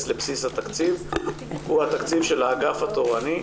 לבסיס התקציב הוא התקציב של האגף התורני.